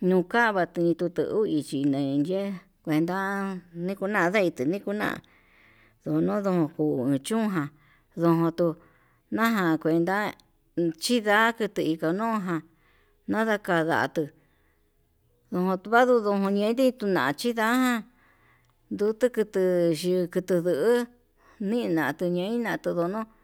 nukandu ini tuu ichí neiye'e enda nikona tei tini kuna'a ndono nonkuu chúnjan ndonto naján cuenta uun chinda uni niko ñoján nadakandatuu nuu tundandu ñuu yenti tunachi nda'á, ndutukutu ndutu yuu hu nina tunuina todono'o.